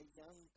young